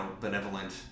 benevolent